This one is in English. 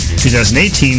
2018